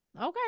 okay